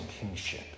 kingship